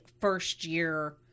first-year